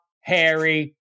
Harry